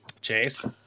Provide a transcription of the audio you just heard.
Chase